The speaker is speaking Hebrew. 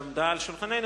שעמדה על שולחננו,